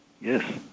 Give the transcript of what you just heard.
Yes